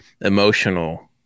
emotional